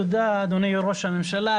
תודה לך, אדוני ראש הממשלה.